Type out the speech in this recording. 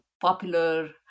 popular